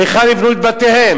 היכן יבנו את בתיהם.